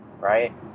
right